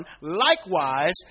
likewise